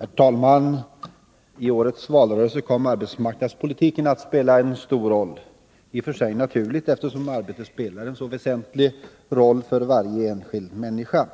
Herr talman! I årets valrörelse kom arbetsmarknadspolitiken att spela en stor roll. Det är i och för sig naturligt eftersom arbetet spelar en så väsentlig roll för varje enskild människa.